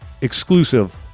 exclusive